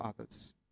others